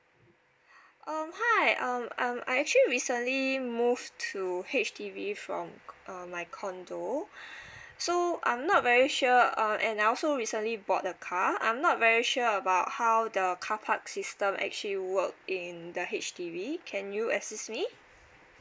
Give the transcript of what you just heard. um hi um um I actually recently move to H_D_B from um my condo so I'm not very sure uh and I also recently bought a car I'm not very sure about how the car park system actually work in the H_D_B can you assist me